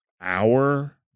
hour